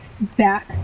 back